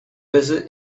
visit